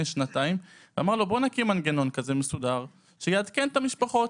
שנתיים ואמר לו בוא נקים מנגנון מסודר שיעדכן את המשפחות.